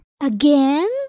again